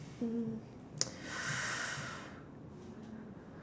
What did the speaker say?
mm